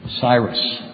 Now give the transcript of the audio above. Cyrus